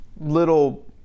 little